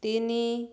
ତିନି